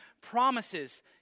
promises